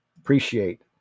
Appreciate